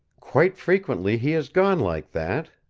quite frequently he has gone like that,